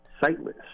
sightless